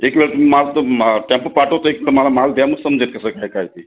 एक वेळ तुम्ही मागतो मा टॅम्पो पाठवतो एक वेळ मला माल द्या मग समजेल कसं काय काय ते